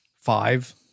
five